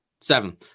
Seven